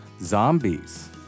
Zombies